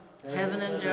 heaven and